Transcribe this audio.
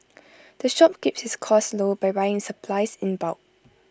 the shop keeps its costs low by buying its supplies in bulk